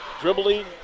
dribbling